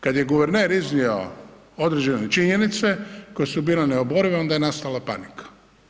Kad je guverner iznio određene činjenice koje su bile neoborive, onda je nastala panika.